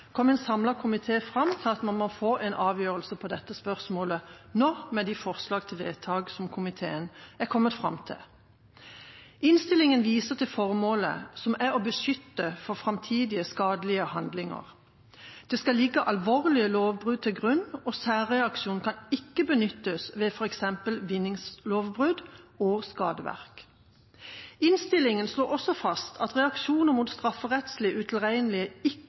kom en samlet komité fram til at man må få en avgjørelse på dette spørsmålet nå, med de forslag til vedtak som komiteen kom fram til. Innstillinga viser til formålet, som er å beskytte mot framtidige skadelige handlinger. Det skal ligge alvorlige lovbrudd til grunn, og særreaksjon kan ikke benyttes ved f.eks. vinningslovbrudd og skadeverk. Innstillinga slår også fast at reaksjoner mot strafferettslig utilregnelige